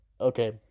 Okay